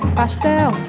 pastel